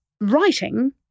writing